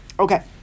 Okay